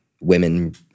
women